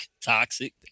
toxic